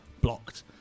blocked